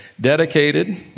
dedicated